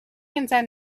inside